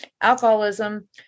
alcoholism